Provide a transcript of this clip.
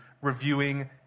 reviewing